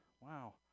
Wow